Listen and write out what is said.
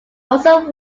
also